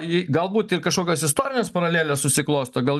ji galbūt ir kažkokios istorines paralelės susiklosto gal